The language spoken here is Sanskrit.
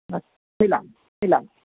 अस्तु मिलामः मिलामः